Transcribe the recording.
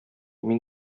мин